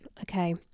okay